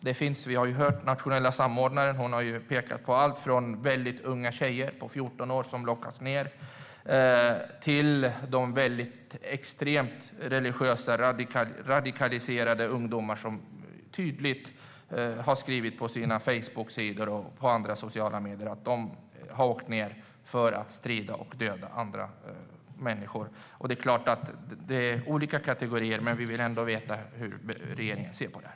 Den nationella samordnaren har pekat på allt från unga tjejer på 14 år som har lockats ned till de extremt religiösa och radikaliserade ungdomar som tydligt har skrivit på sina Facebooksidor och andra sociala medier att de har åkt ned för att strida och döda andra människor. Det är klart att det är olika kategorier, men vi vill ändå veta hur regeringen ser på detta.